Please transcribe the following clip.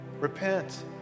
repent